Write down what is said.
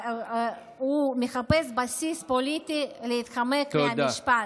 הוא מחפש בסיס פוליטי להתחמק מהמשפט.